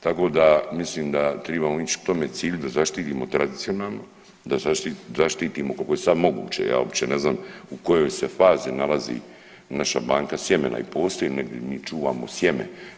Tako da, mislim da tribamo ići k tome cilju da zaštitimo nacionalno, da zaštitimo koliko je sad moguće ja uopće ne znam u kojoj se fazi nalazi naša banka sjemena i postoji li negdje mi čuvamo sjeme.